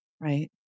Right